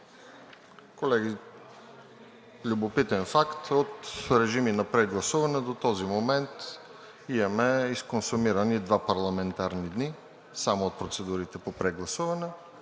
Колеги, любопитен факт – от режими на прегласуване до този момент имаме изконсумирани два парламентарни дни – само от процедурите по прегласуване.